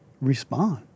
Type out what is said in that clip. respond